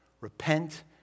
Repent